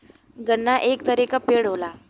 गन्ना एक तरे क पेड़ होला